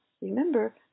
remember